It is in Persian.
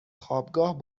خوابگاه